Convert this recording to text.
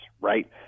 right